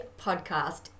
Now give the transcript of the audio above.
podcast